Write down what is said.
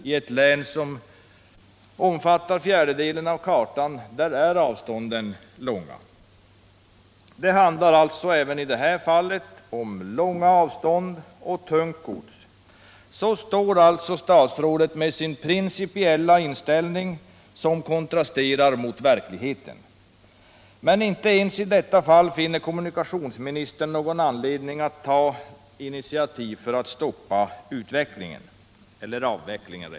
I ett län, som omfattar en fjärdedel av landet, är avstånden långa. Det handlar alltså även här om långa avstånd och tungt gods. Så står statsrådet med sin principiella inställning, som kontrasterar mot verkligheten. Men inte ens i detta fall finner kommunikationsministern anledning att ta några initiativ för att stoppa utvecklingen — eller rättare sagt avvecklingen.